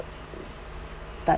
but